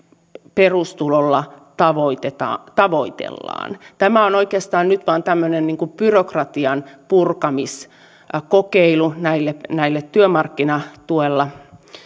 perustulolla tavoitellaan tämä on oikeastaan nyt vain tämmöinen byrokratian purkamiskokeilu näille näille työmarkkinatuella